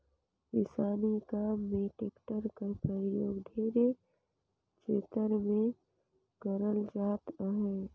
किसानी काम मे टेक्टर कर परियोग ढेरे छेतर मे करल जात अहे